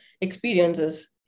experiences